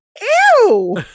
ew